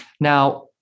now